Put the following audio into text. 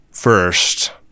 first